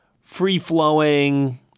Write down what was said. free-flowing